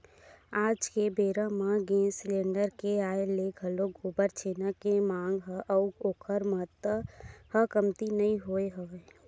आज के बेरा म गेंस सिलेंडर के आय ले घलोक गोबर छेना के मांग ह अउ ओखर महत्ता ह कमती नइ होय हवय